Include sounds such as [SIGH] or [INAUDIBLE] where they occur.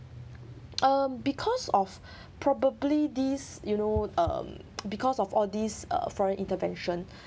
uh because of [BREATH] probably this you know um because of all these uh foreign intervention